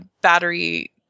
battery